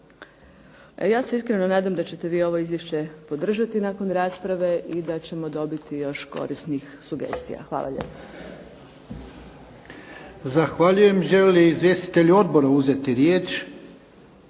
Ja se iskreno nadam da ćete vi ovo izvješće podržati nakon rasprave i da ćemo dobiti još korisnih sugestija. Hvala lijepa. **Jarnjak, Ivan (HDZ)** Zahvaljujem. Žele li izvjestitelji odbora uzeti riječ?